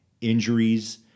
injuries—